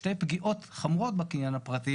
שתי פגיעות חמורות בקניין הפרטי,